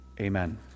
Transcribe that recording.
Amen